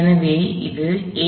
எனவே இது 8 X 105 N